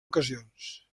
ocasions